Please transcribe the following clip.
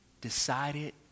decided